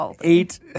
Eight